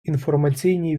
інформаційній